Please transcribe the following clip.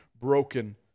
broken